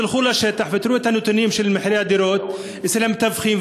תלכו לשטח ותראו את הנתונים של מחירי הדירות אצל המתווכים,